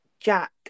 Jack